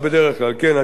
התשובה היא חיובית.